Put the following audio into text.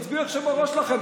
תצביעו איך שבראש שלכם.